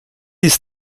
ist